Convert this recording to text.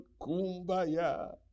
kumbaya